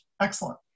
excellent